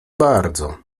bardzo